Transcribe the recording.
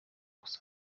gusa